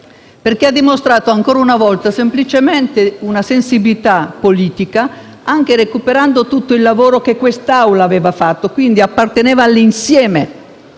perché ha dimostrato ancora una volta la propria sensibilità politica, anche recuperando tutto il lavoro che quest'Assemblea aveva fatto e che quindi apparteneva all'insieme